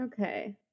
Okay